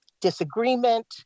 disagreement